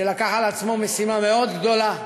שלקח על עצמו משימה מאוד גדולה,